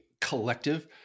Collective